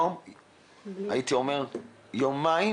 יום-יומיים